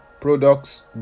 products